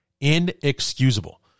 Inexcusable